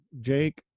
Jake